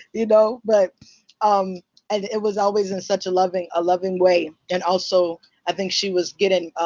you know but um and it was always in such a loving ah loving way. and also i think she was getting